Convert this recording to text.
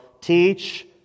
Teach